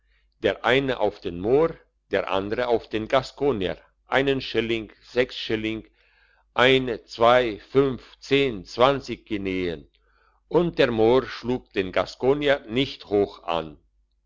der eine auf den mohr der andere auf den gaskonier einen schilling sechs schilling eine zwei fünf zehn zwanzig guineen und der mohr schlug den gaskonier nicht hoch an